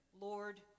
Lord